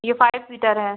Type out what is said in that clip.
यह five seater है